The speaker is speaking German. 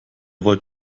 wollt